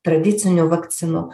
tradicinių vakcinų